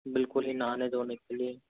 बिल्कुल ही नहाने धोने के लिये